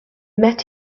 met